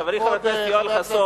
חברי חבר הכנסת יואל חסון,